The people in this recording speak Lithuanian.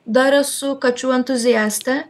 dar esu kačių entuziastė